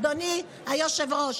אדוני היושב-ראש,